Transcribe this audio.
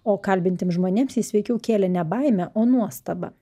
o kalbintiem žmonėms jis veikiau kėlė ne baimę o nuostabą